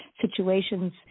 situations